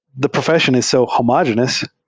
the profess ion is so homogenous,